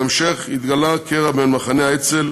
בהמשך התגלע קרע בין מחנה האצ"ל